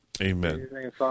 Amen